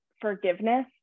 forgiveness